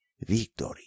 Victory